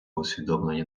усвідомлення